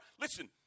Listen